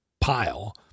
pile